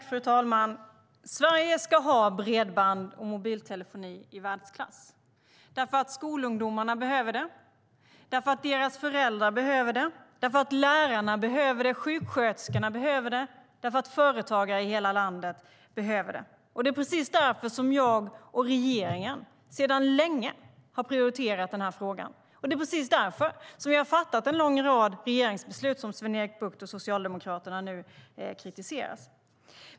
Fru talman! Sverige ska ha bredband och mobiltelefoni i världsklass. Skolungdomarna behöver det. Deras föräldrar behöver det. Lärarna behöver det. Sjuksköterskorna behöver det. Företagare i hela landet behöver det. Det är precis därför som jag och regeringen sedan länge har prioriterat den här frågan. Och det är precis därför som vi har fattat en lång rad regeringsbeslut, som Sven-Erik Bucht och Socialdemokraterna nu kritiserar.